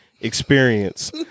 experience